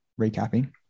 recapping